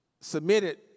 submitted